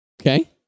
okay